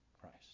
Christ